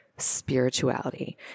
spirituality